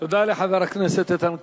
תודה לחבר הכנסת איתן כבל.